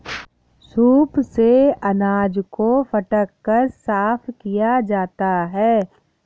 soup से अनाज को फटक कर साफ किया जाता है